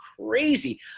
crazy